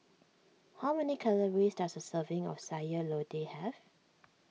how many calories does a serving of Sayur Lodeh have